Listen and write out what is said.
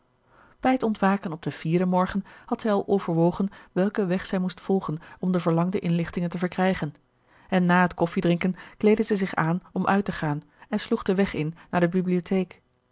bij het ontwaken op den vierden morgen had zij al overwogen welken weg zij moest volgen om de verlangde inlichtingen te verkrijgen en na het koffiedrinken kleedde zij zich aan om uit te gaan en sloeg den weg in naar de bibliotheek